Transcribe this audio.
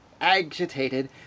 agitated